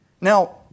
Now